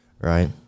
right